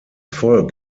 volk